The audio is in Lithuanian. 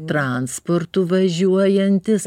transportu važiuojantys